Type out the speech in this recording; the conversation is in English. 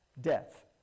Death